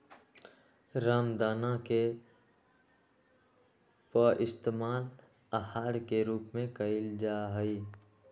रामदाना के पइस्तेमाल आहार के रूप में कइल जाहई